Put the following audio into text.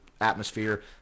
atmosphere